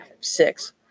six